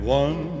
one